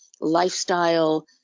lifestyle